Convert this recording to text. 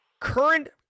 current